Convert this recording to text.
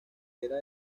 era